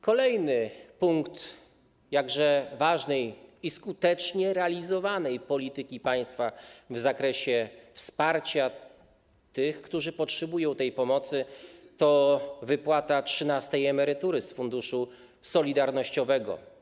Kolejny punkt jakże ważnej i skutecznie realizowanej polityki państwa w zakresie wsparcia tych, którzy potrzebują pomocy, to wypłata trzynastej emerytury z Funduszu Solidarnościowego.